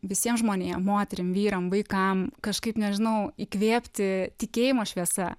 visiem žmonėm moterim vyram vaikam kažkaip nežinau įkvėpti tikėjimo šviesa